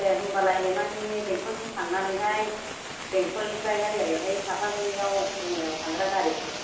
ए होमबालाय माने बेंटलसिम थांनानैहाय बेंटलनिफ्रायहाय ओरैहाय साफागुरियाव बङाइगावआव थांग्रा गारिखौ